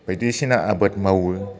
बायदिसिना आबाद मावो